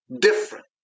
different